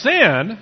Sin